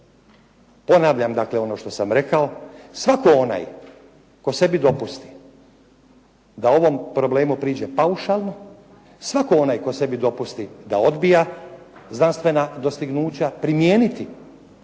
Ponavljam, dakle ono što sam rekao svako onaj tko sebi dopusti da ovom problemu priđe paušalno, svako onaj tko sebi dopusti da odbija znanstvena dostignuća primijeniti u